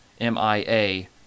M-I-A